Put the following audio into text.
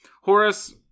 Horace